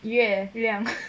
月亮